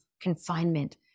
confinement